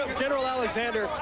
um genel alexander!